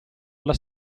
alla